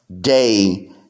day